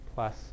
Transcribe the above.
plus